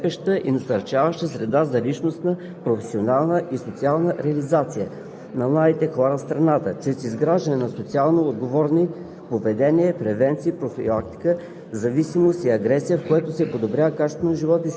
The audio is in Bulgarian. отговорно поведение сред тях, целящо въздействие и промяна на поведенческите модели на младите хора. Основен приоритет на Програмата е осигуряването на подкрепяща и насърчаваща среда за личностна, професионална и социална реализация